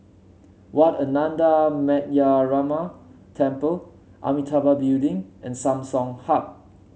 Wat Ananda Metyarama Temple Amitabha Building and Samsung Hub